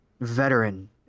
veteran